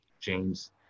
James